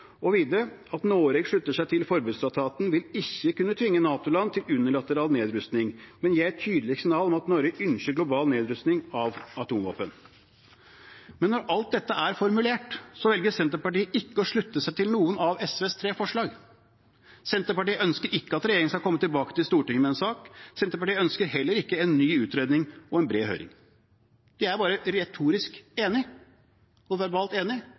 Og videre: «At Noreg sluttar seg til forbodstraktaten, vil ikkje kunne tvinge NATO-land til unilateral nedrusting, men gje eit tydeleg signal om at Noreg ynskjer global nedrusting av atomvåpen.» Når alt dette er formulert, velger Senterpartiet ikke å slutte seg til noen av SVs tre forslag. Senterpartiet ønsker ikke at regjeringen skal komme tilbake til Stortinget med en sak. Senterpartiet ønsker heller ikke en ny utredning og en bred høring. De er bare retorisk enige og verbalt